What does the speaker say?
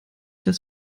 das